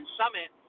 summit